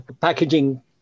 packaging